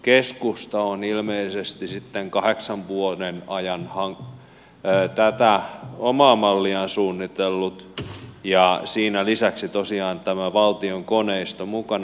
keskusta on ilmeisesti sitten kahdeksan vuoden ajan tätä omaa malliaan suunnitellut ja siinä lisäksi tosiaan on tämä valtion koneisto mukana